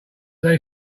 they